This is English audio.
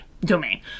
domain